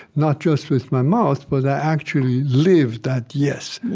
not just with my mouth, but i actually live that yes.